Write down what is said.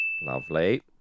Lovely